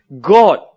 God